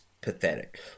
pathetic